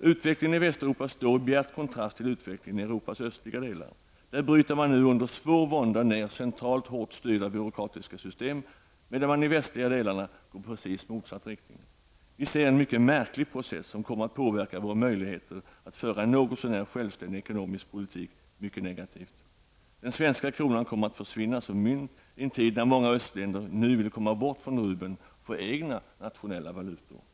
Utvecklinen i Västeuropa står i bjärt kontrast till utvecklingen i Europas östliga delar. Där bryter man nu under svår vånda ner centrala hårt styrande byråkratiska system, medan man i de västliga delarna går i precis motsatt riktning. Vi ser en mycket märklig process, som kommer att mycket negativt påverka våra möjligheter att föra en något så när självständig ekonomisk politik. Den svenska kronan kommer att försvinna som mynt i en tid när många östländer nu vill komma bort från rubeln och få egna nationella valutor.